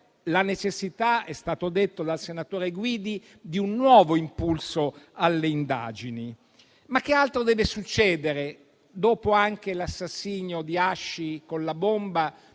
la necessità, come detto dal senatore Guidi, di un nuovo impulso alle indagini. Che altro deve succedere, dopo l'assassinio di Hashi con la bomba,